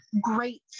great